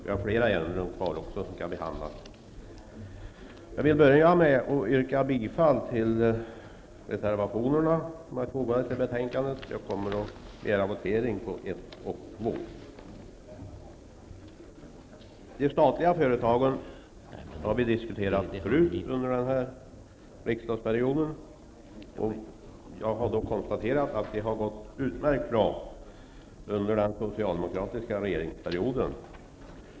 Vi har fler ärenden kvar som skall behandlas. Jag vill börja med att yrka bifall till de reservationer som är fogade till betänkandet. Jag kommer att begära votering på reservationerna 1 och 2. De statliga företagen har vi diskuterat förut under den här riksdagsperioden. Jag har konstaterat att det har gått utmärkt bra under den socialdemokratiska regeringsperioden.